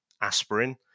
aspirin